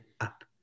up